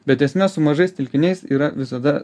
bet esmė su mažais telkiniais yra visada